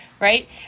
right